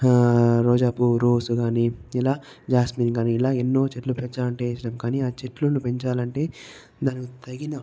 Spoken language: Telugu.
రోజా పువ్వు రోజ్ కాని ఇలా జాస్మిన్ కాని ఇలా ఎన్నో చెట్లు పెంచాలంటే ఇష్టం కానీ ఆ చెట్లను పెంచాలంటే దానికి తగిన